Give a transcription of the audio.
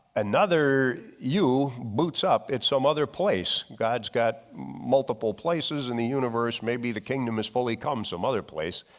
another you boots up it's some other place. god's got multiple places in the universe, maybe the kingdom is fully come some other place.